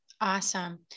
Awesome